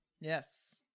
Yes